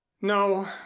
no